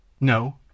No